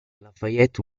lafayette